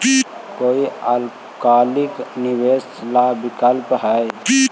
कोई अल्पकालिक निवेश ला विकल्प हई?